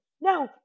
no